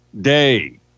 day